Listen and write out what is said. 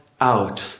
out